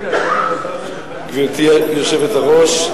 גברתי היושבת-ראש,